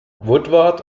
woodward